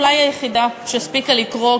אולי היחידה שהספיקה לקרוא,